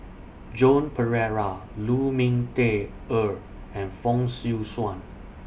Joan Pereira Lu Ming Teh Earl and Fong Swee Suan